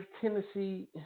Tennessee